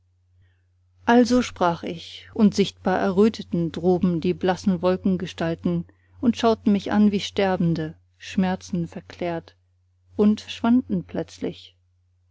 also sprach ich und sichtbar erröteten droben die blassen wolkengestalten und schauten mich an wie sterbende schmerzenverklärt und schwanden plötzlich